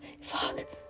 Fuck